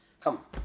come